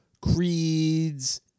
creeds